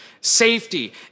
safety